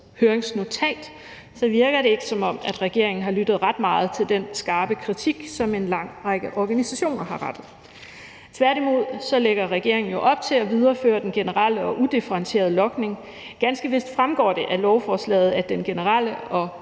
høringsnotat, så virker det ikke, som om regeringen har lyttet ret meget til den skarpe kritik, som en lang række organisationer har rettet. Tværtimod lægger regeringen jo op til at videreføre den generelle og udifferentierede logning. Ganske vist fremgår det af lovforslaget, at den generelle og